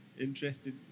Interesting